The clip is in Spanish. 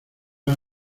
más